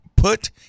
put